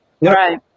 Right